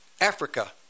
Africa